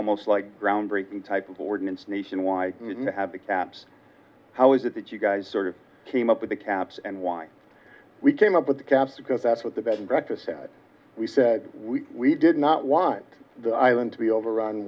almost like groundbreaking type of ordinance nation why have the caps how is it that you guys sort of team up with the caps and why we came up with the cast because that's what the bed and breakfast we said we did not want the island to be overrun